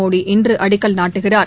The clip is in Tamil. மோடி இன்று அடிக்கல் நாட்டுகிறார்